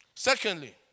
Secondly